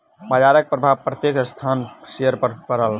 बजारक प्रभाव प्रत्येक संस्थानक शेयर पर पड़ल